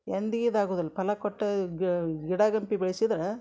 ಎಂದಿಗೂ ಇದಾಗೋದಿಲ್ಲ ಫಲ ಕೊಟ್ಟೇ ಗಿಡಗಂಟಿ ಬೆಳ್ಸಿದ್ರೆ